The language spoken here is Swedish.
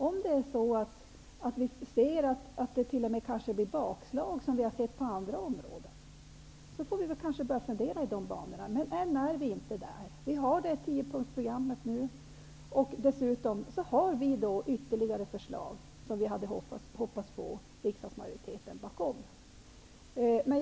Om vi ser att det kanske t.o.m. blir bakslag, som vi har sett på många områden, får vi börja fundera i de banorna. Än är vi inte där. Vi har vårt tiopunktsprogram. Dessutom har vi ytterligare förslag som vi hade hoppats få riksdagens majoritet bakom.